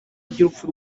iby’urupfu